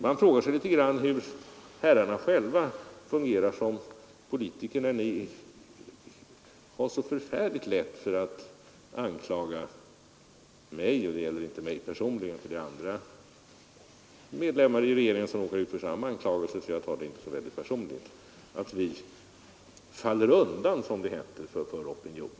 Man frågar sig hur herrarna själva fungerar som politiker när ni har så förfärligt lätt att anklaga mig — andra medlemmar av regeringen råkar ut för samma anklagelser, så jag tar det inte så personligt — för att vi faller undan, som det heter, för små, extrema opinioner.